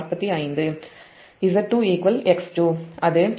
025